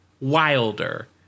wilder